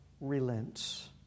relents